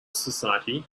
society